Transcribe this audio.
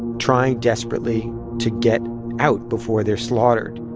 trying desperately to get out before they're slaughtered